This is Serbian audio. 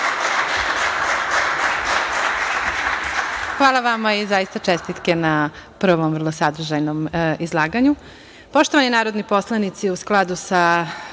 Hvala vama i čestitke na prvom vrlo sadržajnom izlaganju. Poštovani narodni poslanici, u skladu sa